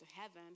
heaven